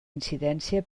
incidència